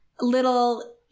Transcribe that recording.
little